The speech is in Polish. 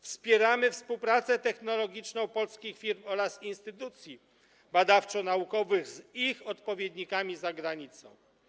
Wspieramy współpracę technologiczną polskich firm oraz instytucji badawczo-naukowych z ich odpowiednikami za granicą.